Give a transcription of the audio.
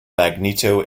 magneto